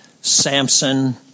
Samson